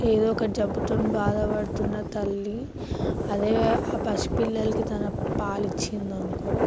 ఏదో ఒక జబ్బుతో బాధపడుతున్న తల్లి అదే ఆ పసిపిల్లలకి తన పాలు ఇచ్చిందనుకో